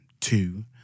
two